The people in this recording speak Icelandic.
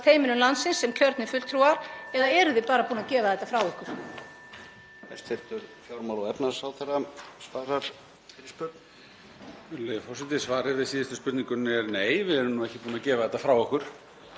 heimilum landsins sem kjörnir fulltrúar eða eruð þið bara búin að gefa þetta eftir?